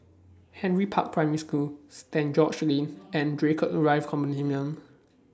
Henry Park Primary School Saint George's Lane and Draycott Drive Condominium